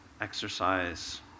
exercise